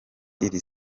iri